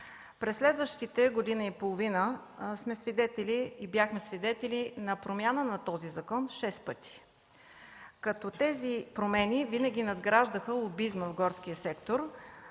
През следващите година и половина бяхме свидетели на промяната му шест пъти, като тези промени винаги надграждаха лобизма в горския сектор.